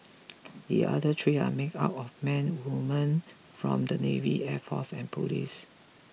the other three are made up of men and women from the navy air force and police